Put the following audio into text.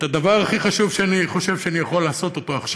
את הדבר הכי חשוב שאני חושב שאני יכול לעשות עכשיו: